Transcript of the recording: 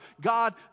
God